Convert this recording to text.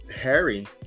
Harry